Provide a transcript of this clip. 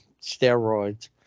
steroids